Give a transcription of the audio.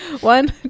one